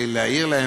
אבל אין מענה לד',